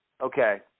okay